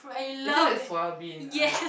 is it like soy bean I